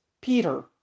Peter